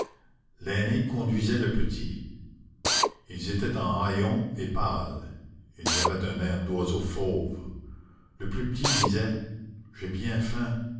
l'aîné conduisait le petit ils étaient en haillons et pâles ils avaient un air d'oiseaux fauves le plus petit disait j'ai bien faim